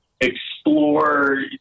explore